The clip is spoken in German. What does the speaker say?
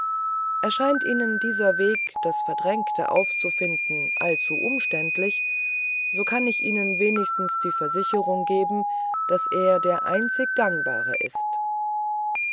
erscheint ihnen dieser weg das verdrängte aufzufinden allzu umständlich so kann ich ihnen wenigstens die versicherung geben daß er der einzig gangbare ist